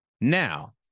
Now